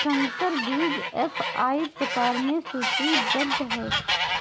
संकर बीज एफ.आई प्रकार में सूचीबद्ध है